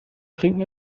trinken